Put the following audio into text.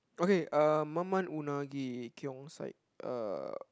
okay um Man-Man-unagi Keong-Saik uh